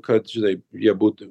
kad žinai jie būtų